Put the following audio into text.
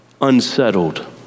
unsettled